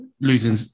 losing